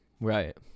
right